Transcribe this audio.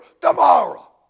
tomorrow